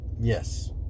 Yes